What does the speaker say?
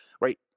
right